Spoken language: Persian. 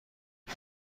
این